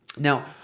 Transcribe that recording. Now